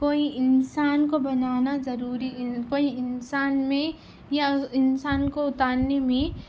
کوئی انسان کو بنانا ضروری کوئی انسان میں یا انسان کو اتارنے میں